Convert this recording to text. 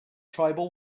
tribal